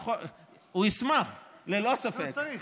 הוא ישמח, ללא ספק.